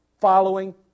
following